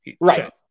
right